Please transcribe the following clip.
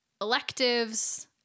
electives